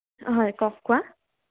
অঁ হয় কওক কোৱা